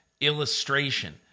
illustration